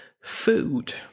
food